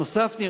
נוסף על